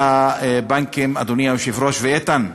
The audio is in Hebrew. אדוני היושב-ראש ואיתן,